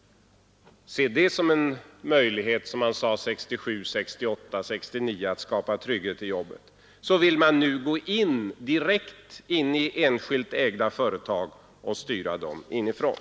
— och som en möjlighet, som man sade 1967, 1968 och 1969, att skapa trygghet i jobbet, vill man nu gå direkt in i enskilt ägda företag och styra dem inifrån.